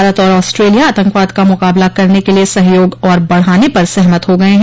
भारत आर ऑस्ट्रेलिया आतंकवाद का मुकाबला करने के लिए सहयोग और बढ़ाने पर सहमत हो गये हैं